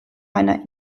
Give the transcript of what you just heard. einer